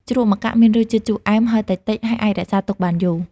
ជ្រក់ម្កាក់មានរសជាតិជូរអែម ហឹរតិចៗ ហើយអាចរក្សាទុកបានយូរ។